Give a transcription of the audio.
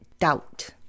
doubt